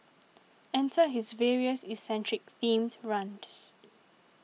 enter his various eccentric themed runs